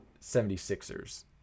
76ers